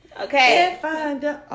Okay